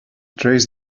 trace